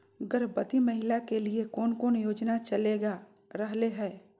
गर्भवती महिला के लिए कौन कौन योजना चलेगा रहले है?